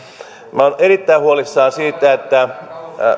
minä olen erittäin huolissani siitä että